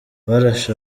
barashe